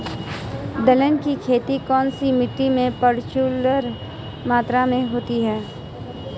दलहन की खेती कौन सी मिट्टी में प्रचुर मात्रा में होती है?